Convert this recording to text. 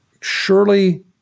Surely